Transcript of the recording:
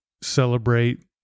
celebrate